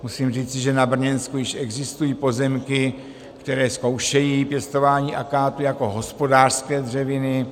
Musím říci, že na Brněnsku již existují pozemky, které zkoušejí pěstování akátu jako hospodářské dřeviny.